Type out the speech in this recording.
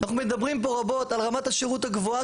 אנחנו מדברים פה רבות על רמת השירות הגבוהה